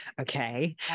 Okay